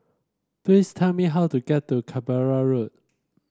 please tell me how to get to Canberra Road